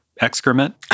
excrement